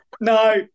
no